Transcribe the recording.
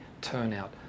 turnout